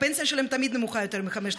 הפנסיה שלהם תמיד נמוכה יותר מ-5,200 שקל.